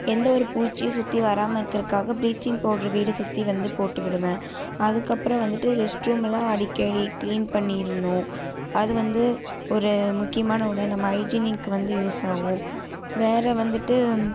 எந்த ஒரு பூச்சி சுற்றி வராமல் இருக்கிறக்காக பிளீச்சிங் பவுடர் வீடை சுற்றி வந்து போட்டுவிடுவேன் அதுக்கப்புறம் வந்துட்டு ரெஸ்ட் ரூம்லாம் அடிக்கடி க்ளீன் பண்ணிடணும் அது வந்து ஒரு முக்கியமான ஒன்று நம்ம ஹைஜீனிக் வந்து யூஸ் ஆகும் வேற வந்துட்டு